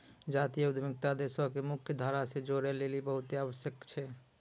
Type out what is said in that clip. जातीय उद्यमिता देशो के मुख्य धारा से जोड़ै लेली बहुते आवश्यक छै